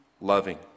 loving